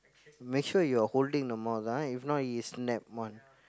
make sure you are holding the mouth ah if not he snap one